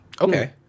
Okay